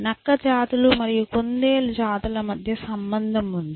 నక్క జాతులు మరియు కుందేలు జాతుల మధ్య సంబంధం ఉంది